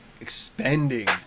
Expanding